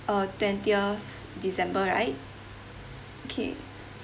uh twentieth december right okay